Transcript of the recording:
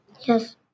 Yes